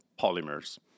polymers